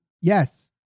yes